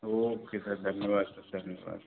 okay sir धन्यवाद sir धन्यवाद